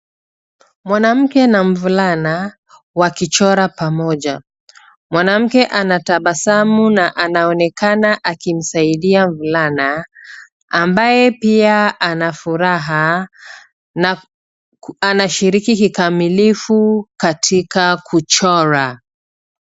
Mwanamke na mvulana, wakichora pamoja. Mwanamke anatabasamu na anaonekana akimsaidia mvulana, ambaye pia ana furaha na anashiriki kikamilifu katika kuchora.